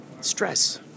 stress